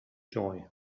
joy